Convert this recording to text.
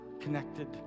connected